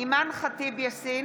אימאן ח'טיב יאסין,